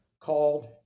called